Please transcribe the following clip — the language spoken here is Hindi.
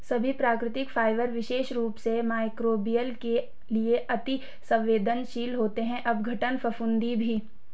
सभी प्राकृतिक फाइबर विशेष रूप से मइक्रोबियल के लिए अति सवेंदनशील होते हैं अपघटन, फफूंदी भी